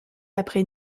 après